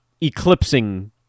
eclipsing